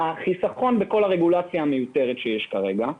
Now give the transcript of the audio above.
החיסכון בכל הרגולציה המיותרת שיש כרגע.